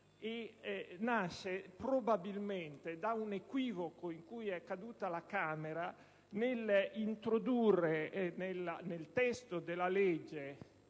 nasce probabilmente da un equivoco in cui è caduta la Camera nell'introdurre nel testo della legge,